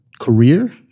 career